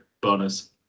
bonus